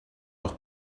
auch